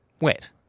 wet